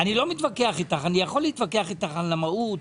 אני לא מתווכח איתך; אני יכול להתווכח איתך על המהות.